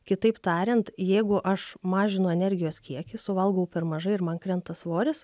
kitaip tariant jeigu aš mažinu energijos kiekį suvalgau per mažai ir man krenta svoris